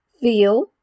feel